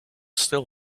still